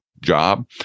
job